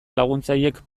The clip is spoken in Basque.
laguntzailek